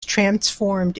transformed